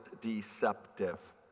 deceptive